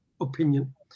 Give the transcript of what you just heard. opinion